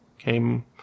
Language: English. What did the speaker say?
Came